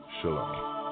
Shalom